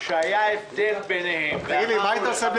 הישיבה נעולה.